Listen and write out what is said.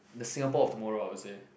the Singapore of tomorrow I would say